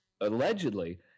allegedly